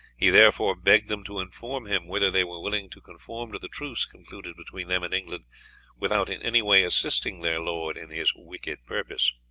he therefore begged them to inform him whether they were willing to conform to the truce concluded between them and england without in any way assisting their lord in his wicked purpose.